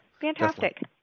Fantastic